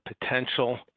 potential